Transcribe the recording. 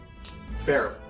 fair